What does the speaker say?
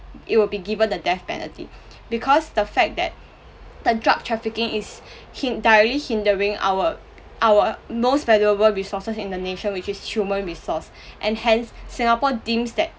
it would be given the death penalty because the fact that the drug trafficking is hin~ directly hindering our our most valuable resources in the nature which is human resource and hence singapore deems that